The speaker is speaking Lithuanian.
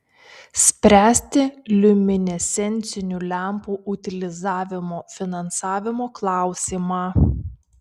spręsti liuminescencinių lempų utilizavimo finansavimo klausimą